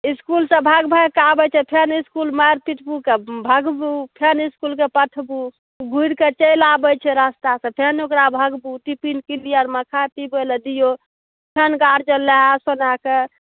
इसकुलसँ भागि भागि कऽ आबैत छै फेन इसकुल मारि पीट कऽ भगबू फेन इसकुलके पठबू घुरि कऽ चलि आबैत छै रस्तासँ फेन ओकरा भगबू टिपिन क्लियरमे खाय पिबै लऽ दियौ फेन गार्जन नहाए सोनाए कऽ